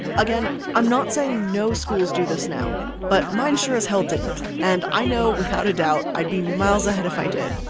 again, i'm not saying no schools do this now but mine sure as hell didn't, and i know without a doubt, i'd be miles ahead if i did.